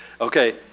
Okay